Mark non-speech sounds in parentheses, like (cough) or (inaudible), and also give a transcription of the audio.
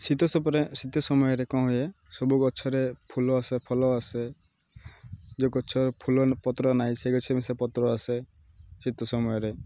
ଶୀତ ସପରେ ସମୟରେ କ'ଣ ହୁଏ ସବୁ ଗଛରେ ଫୁଲ ଆସେ ଫଳ ଆସେ ଯେଉଁ ଗଛ ଫୁଲ (unintelligible) ପତ୍ର ନାହିଁ ସେ ଗଛ ବି ସେ ପତ୍ର ଆସେ ଶୀତ ସମୟରେ